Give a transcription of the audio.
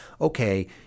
okay